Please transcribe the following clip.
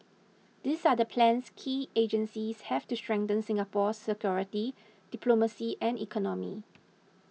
these are the plans key agencies have to strengthen Singapore's security diplomacy and economy